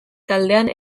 taldean